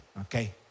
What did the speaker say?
okay